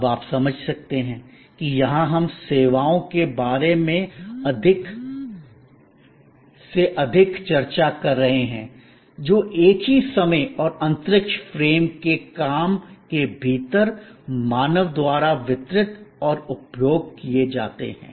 अब आप समझ सकते हैं कि यहां हम सेवाओं के बारे में अधिक से अधिक चर्चा कर रहे हैं जो एक ही समय और अंतरिक्ष फ्रेम के काम के भीतर मानव द्वारा वितरित और उपभोग किए जाते हैं